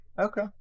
Okay